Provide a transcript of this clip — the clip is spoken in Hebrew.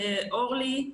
אורלי,